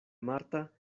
marta